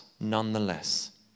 nonetheless